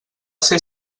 ser